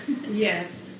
Yes